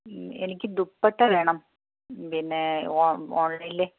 എനിക്ക് ദുപ്പട്ട വേണം പിന്നെ ഓൺലൈനിൽ